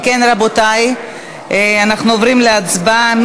אם כן, רבותי, אנחנו עוברים להצבעה.